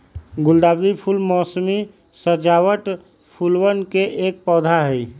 गुलदावरी फूल मोसमी सजावट फूलवन के एक पौधा हई